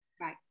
right